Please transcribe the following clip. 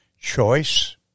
choice